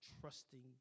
trusting